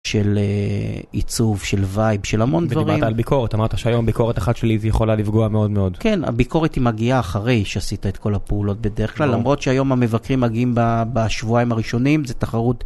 של עיצוב, של וייב, של המון דברים. ודיברת על ביקורת, אמרת שהיום ביקורת אחת שלי זה יכולה לפגוע מאוד מאוד. כן, הביקורת היא מגיעה אחרי שעשית את כל הפעולות בדרך כלל, למרות שהיום המבקרים מגיעים בשבועיים הראשונים, זה תחרות.